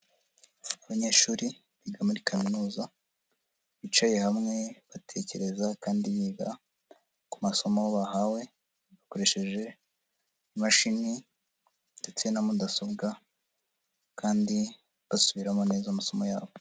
Abanyeshuri biga muri kaminuza bicaye hamwe batekereza kandi biga ku masomo bahawe bakoresheje imashini ndetse na mudasobwa kandi basubiramo neza amasomo yabo.